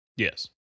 Yes